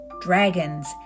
dragons